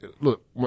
Look